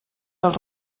del